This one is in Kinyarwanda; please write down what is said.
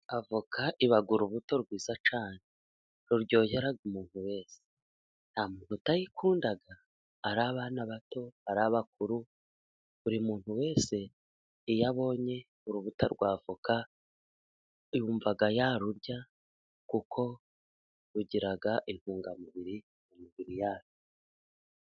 Avoka iba urubuto rwiza cyane，ruryohera umuntu wese， nta muntu utayikunda， ari abana bato， ari abakuru，buri muntu wese iyo abonye urubuta rwa voka， yumva yarurya， kuko rugira intungamubiri yarwo.